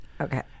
Okay